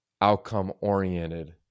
outcome-oriented